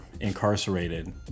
incarcerated